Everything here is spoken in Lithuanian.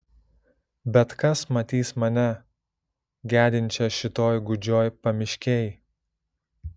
bet kas matys mane gedinčią šitoj gūdžioj pamiškėj